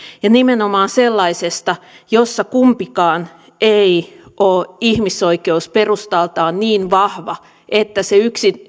ja nimenomaan sellaisesta jossa kumpikaan ei ole ihmisoikeusperustaltaan niin vahva että se